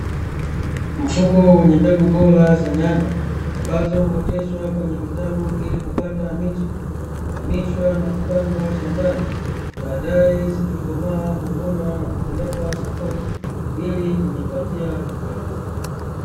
Mfuko wenye mbegu bora za nyanya, ambazo huoteshwa kwenye vitalu ili kupata miche, huamishwa na kupandwa shambani baadae zikikomaa, huvunwa na kupelekwa sokoni, ili kujipatia kipato.